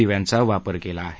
दिव्यांचा वापर केला आहे